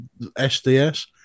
SDS